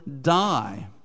die